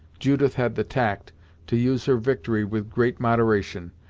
judith had the tact to use her victory with great moderation,